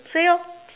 say orh